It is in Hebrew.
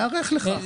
נערך לכך.